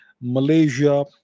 Malaysia